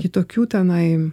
kitokių tenai